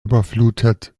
überflutet